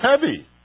heavy